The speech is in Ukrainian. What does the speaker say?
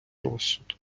розсуд